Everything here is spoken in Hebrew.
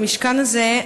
במשכן הזה,